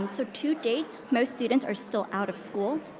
um so to date, most students are still out of school.